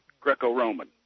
Greco-Roman